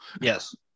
Yes